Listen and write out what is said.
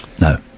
no